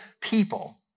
people